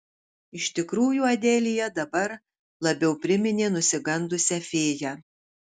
iš tikrųjų adelija dabar labiau priminė nusigandusią fėją